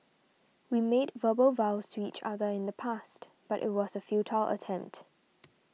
we made verbal vows to each other in the past but it was a futile attempt